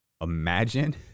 imagine